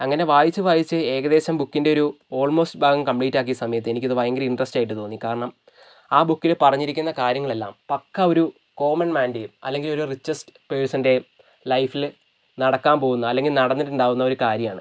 അങ്ങനെ വായിച്ച് വായിച്ച് ഏകദേശം ബുക്കിൻ്റെ ഒരു ഓൾമോസ്റ്റ് ഭാഗം കമ്പ്ലീറ്റാക്കിയ സമയത്ത് എനിക്കത് ഭയങ്കര ഇൻട്രസ്റ്റ് ആയിട്ട് തോന്നി കാരണം ആ ബുക്കിൽ പറഞ്ഞിരിക്കുന്ന കാര്യങ്ങളെല്ലാം പക്കാ ഒരു കോമൺമാൻ്റെയും അല്ലെങ്കിൽ റിച്ചസ്റ്റ് പേഴ്സണൻ്റെയും ലൈഫില് നടക്കാൻ പോകുന്ന അല്ലെങ്കിൽ നടന്നിട്ടുണ്ടാവുന്ന ഒരു കാര്യമാണ്